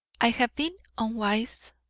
i have been unwise,